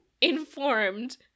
informed